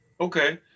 Okay